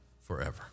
forever